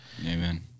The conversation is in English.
Amen